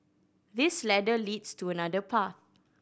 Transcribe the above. this ladder leads to another path